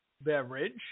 beverage